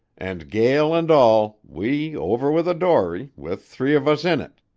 and, gale and all, we over with a dory with three of us in it.